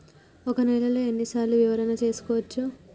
ఒక నెలలో ఎన్ని సార్లు వివరణ చూసుకోవచ్చు?